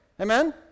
Amen